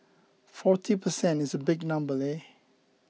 forty per cent is a big number leh